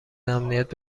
امنیت